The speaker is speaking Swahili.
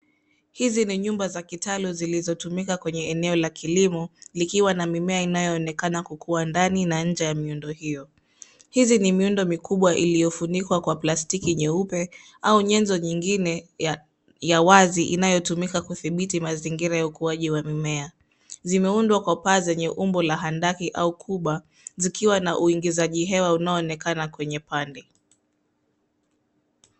Hizi ni nyumba za kitalo zilzotumika kwenye eneo la kilimo likiwa na mimea inayo onekana kukuwa ndani na nje ya miundo hiyo. Hizi ni miundo mikubwa ilio funikwa kwa plastiki nyeupe au nyenzo nyingine ya wazi inayo tumika kudhibiti mazingira ya ukuwaji wa mimea. Zime undwa kwa paa zenye umbo la handiki kuba zikiwa na uigizaji hewa unayo onekana kwenye pande.